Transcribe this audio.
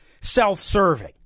self-serving